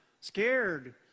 scared